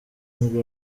nibwo